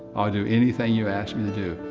i'll do anything you ask me to do.